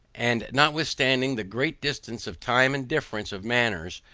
and notwithstanding the great distance of time and difference of manners,